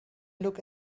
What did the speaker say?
look